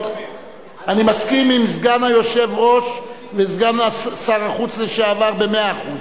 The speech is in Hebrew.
אני מסכים עם סגן היושב-ראש וסגן שר החוץ לשעבר במאה אחוז.